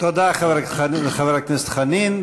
תודה, חבר הכנסת חנין.